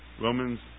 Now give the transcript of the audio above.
Romans